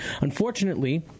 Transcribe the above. Unfortunately